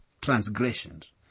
transgressions